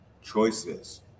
choices